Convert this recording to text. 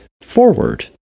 forward